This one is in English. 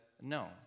No